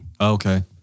Okay